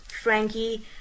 Frankie